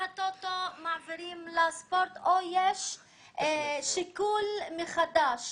מהטוטו מעבירים לספורט, או שיש שיקול מחדש